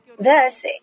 Thus